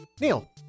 Neil